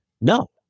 no